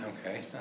Okay